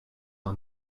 are